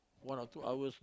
one or two hours